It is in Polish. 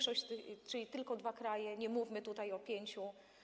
Czyli tylko dwa kraje, nie mówmy tutaj o pięciu.